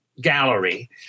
Gallery